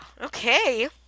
okay